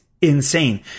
insane